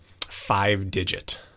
five-digit